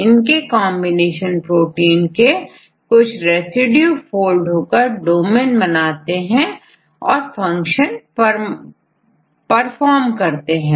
इनके combination protein के कुछ रेसिड्यू फोल्ड होकर डोमन बनाते हैं और फंक्शन परफॉर्म करते हैं